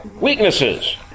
weaknesses